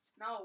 No